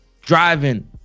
driving